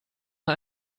mal